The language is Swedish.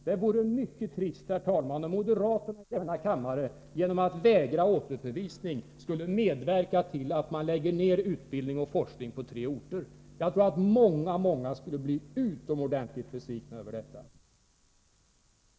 Det vore mycket trist, herr talman, om moderaterna i denna kammare genom att vägra återförvisning skulle medverka till att man lägger ned utbildning och forskning på tre orter. Jag tror att många skulle bli utomordentligt besvikna över det. Ta chansen och hjälp till att få ärendet tillbaka — ni har den nu.